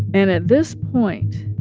and at this point,